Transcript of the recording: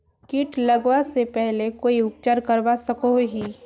किट लगवा से पहले कोई उपचार करवा सकोहो ही?